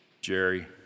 Jerry